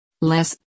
Less